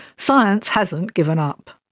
science hasn't given up.